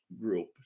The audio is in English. group